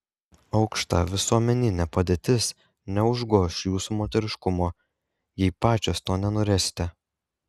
aukšta visuomeninė padėtis neužgoš jūsų moteriškumo jei pačios to nenorėsite